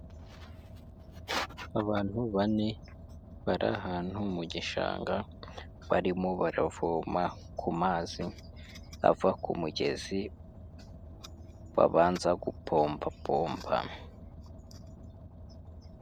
Abantu bane bari ahantu mu gishanga, barimo baravoma ku mazi ava ku mugezi babanza gupompapompa.